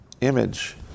image